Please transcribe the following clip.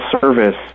service